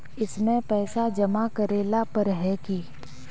इसमें पैसा जमा करेला पर है की?